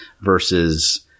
versus